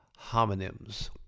homonyms